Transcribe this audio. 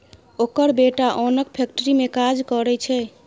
ओकर बेटा ओनक फैक्ट्री मे काज करय छै